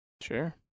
Sure